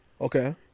Okay